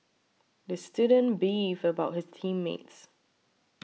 the student beefed about his team mates